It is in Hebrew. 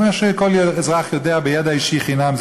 מה שכל אזרח יודע כידע אישי חינם,